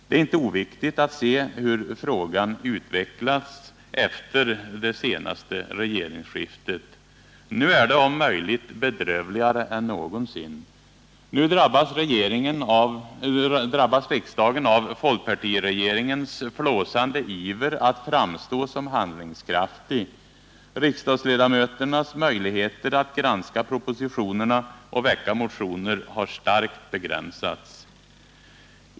Det är inte oviktigt att se hur detta utvecklats efter det senaste regeringsskiftet. Nu är det om möjligt bedrövligare än någonsin. Nu drabbas riksdagen av folkpartiregeringens flåsande iver att framstå som handlingskraftig. Riksdagsledamöternas möjligheter att granska propositionerna och väcka motioner har starkt begränsats.